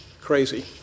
crazy